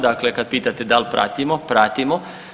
Dakle, kad pitate da li pratimo, pratimo.